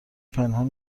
پنهون